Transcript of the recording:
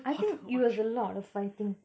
I think it was a lot of fighting